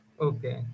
Okay